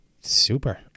super